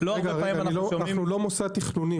אנחנו לא מוסד תכנוני.